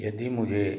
यदि मुझे